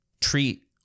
treat